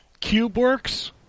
CubeWorks